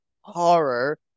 horror